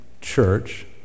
church